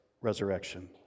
resurrection